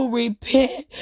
repent